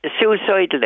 suicidal